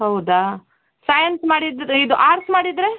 ಹೌದಾ ಸೈನ್ಸ್ ಮಾಡಿದರೆ ಇದು ಆರ್ಟ್ಸ್ ಮಾಡಿದರೆ